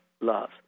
love